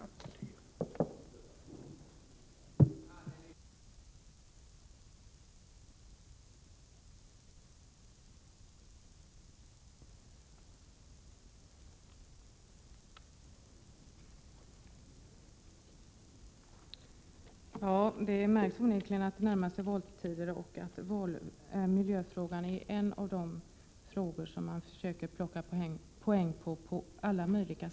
Jag tycker inte att vi har fått något riktigt svar på den frågan.